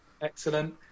Excellent